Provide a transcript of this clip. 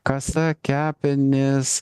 kasą kepenis